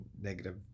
negative